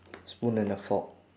spoon and a fork